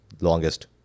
longest